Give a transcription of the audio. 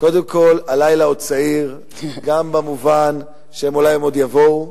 הלילה עוד צעיר גם במובן שאולי הם עוד יבואו,